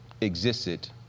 existed